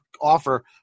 offer